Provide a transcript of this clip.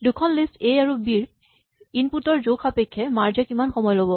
দুখন list A আৰু B ৰ ইনপুট ৰ জোখ সাপেক্ষে মাৰ্জ এ কিমান সময় ল'ব